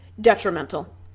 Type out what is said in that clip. detrimental